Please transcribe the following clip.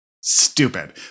Stupid